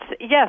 yes